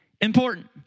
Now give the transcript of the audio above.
important